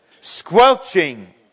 Squelching